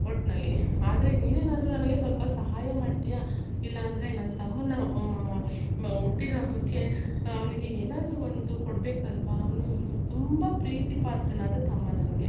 ಒಟ್ಟಿನಲ್ಲಿ ಆದರೆ ನೀನೇನಾದರು ನನಗೆ ಸ್ವಲ್ಪ ಸಹಾಯ ಮಾಡ್ತೀಯ ಇಲ್ಲಾಂದರೆ ನನ್ನ ತಮ್ಮನ ಬ ಹುಟ್ಟಿದ ಹಬ್ಬಕ್ಕೆ ಅವನಿಗೆ ಏನಾದರು ಒಂದು ಕೊಡಬೇಕಲ್ವ ಅವನು ತುಂಬ ಪ್ರೀತಿ ಪಾತ್ರನಾದ ತಮ್ಮ ನನಗೆ